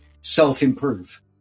self-improve